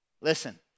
Listen